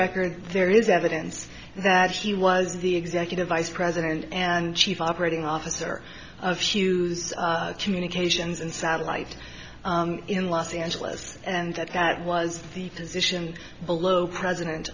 record there is evidence that she was the executive vice president and chief operating officer of hughes communications and satellite in los angeles and that was the position below president